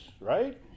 right